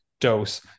dose